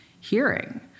hearing